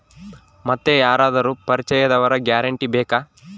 ಮತ್ತೆ ಯಾರಾದರೂ ಪರಿಚಯದವರ ಗ್ಯಾರಂಟಿ ಬೇಕಾ?